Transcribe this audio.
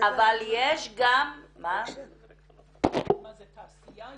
אבל יש גם --- מה זה תעשיה?